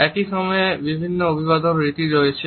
একই সময়ে বিভিন্ন অভিবাদন রীতি রয়েছে